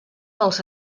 dels